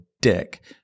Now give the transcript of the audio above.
dick